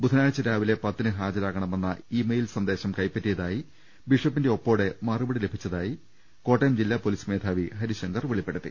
ബുധനാഴ്ച രാവിലെ പൃത്തിന് ഹാജരാക ണമെന്ന ഇ മെയിൽ സന്ദേശം കൈപ്പറ്റിയതായി ബിഷപ്പിന്റെ ഒപ്പോടെ മറു പടി ലഭിച്ചതായി കോട്ടയം ജില്ലാ പൊലീസ് മേധാവ്വി ഹരിശങ്കർ വെളിപ്പെട്ട ടുത്തി